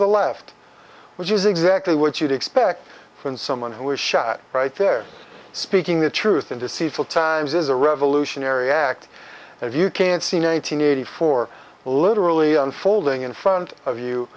the left which is exactly what you'd expect from someone who was shot right there speaking the truth in deceitful times is a revolutionary act if you can't see nine hundred eighty four literally unfolding in front of you